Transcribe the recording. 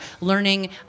learning